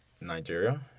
Nigeria